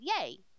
yay